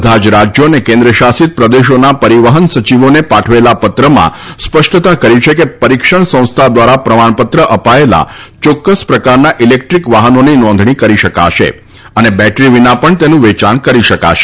બધા જ રાજ્યો અને કેન્દ્ર શાસિત પ્રદેશોના પરિવહન સચિવોને પાઠવેલા પત્રમાં સ્પષ્ટતા કરી છે કે પરિક્ષણ સંસ્થા દ્વારા પ્રમાણ પત્ર અપાયેલા ચોક્ક્સ પ્રકારના ઇલેક્ટ્રીક વાહનોની નોંધણી કરી શકાશે અને બેટરી વિના પણ તેનું વેયાણ કરી શકાશે